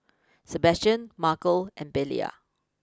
Sebastian Markel and Belia